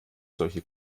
solche